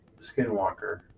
skinwalker